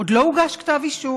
עוד לא הוגש כתב אישום,